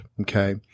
okay